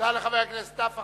תודה לחבר הכנסת נפאע.